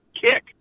kick